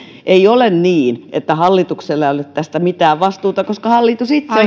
ei ole niin että hallituksella ei ole tästä mitään vastuuta koska hallitus itse